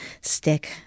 stick